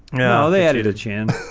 no they added a chance